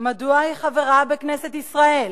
מדוע היא חברה בכנסת ישראל?